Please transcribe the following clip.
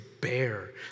bear